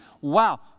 wow